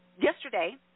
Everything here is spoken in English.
yesterday